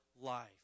life